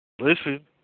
Listen